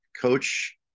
coach